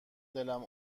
دلم